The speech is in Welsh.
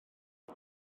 pwy